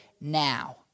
now